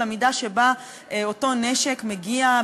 למידה שבה אותו נשק מגיע,